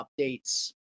updates